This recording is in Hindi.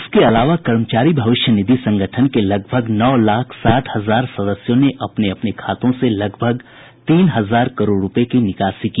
इसके अलावा कर्मचारी भविष्य निधि संगठन के करीब नौ लाख साठ हजार सदस्यों ने अपने अपने खातों से करीब कुल तीन हजार करोड रूपये की निकासी की